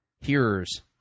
hearers